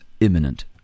imminent